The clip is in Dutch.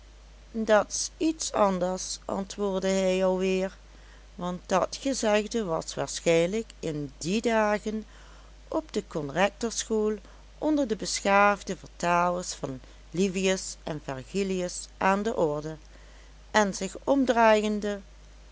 dat's iets anders antwoordde hij alweer want dat gezegde was waarschijnlijk in die dagen op de conrectorschool onder de beschaafde vertalers van livius en virgilius aan de orde en zich omdraaiende